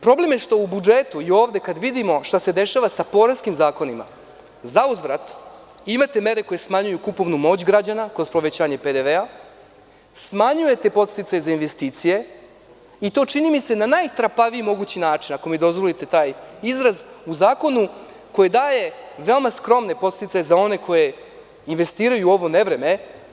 Problem je što u budžetu i ovde, kada vidimo šta se dešava sa poreskim zakonima, zauzvrat imate mere koje smanjuju kupovnu moć građana kroz povećanje PDV, smanjujete podsticaj za investicije, i to čini mi se na najtrapaviji mogući način, ako mi dozvolite taj izraz, u zakonu koji daje veoma skromne podsticaje za one koje investiraju u ovo nevreme.